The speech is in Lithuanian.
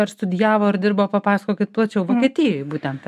ar studijavo ar dirbo papasakokit plačiau vokietijoj būtent